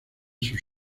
sus